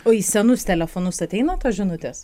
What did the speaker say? o į senus telefonus ateina tos žinutės